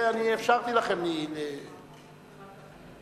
כל המבקשים להשתתף בנאומים, נא להצביע.